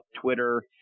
Twitter